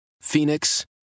Phoenix